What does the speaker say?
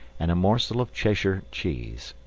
and a morsel of cheshire cheese,